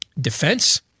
Defense